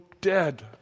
dead